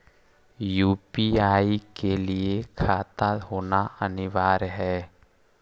UPI के लिए खाता होना अनिवार्य है?